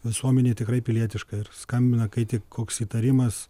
visuomenė tikrai pilietiška ir skambina kai tik koks įtarimas